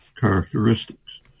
characteristics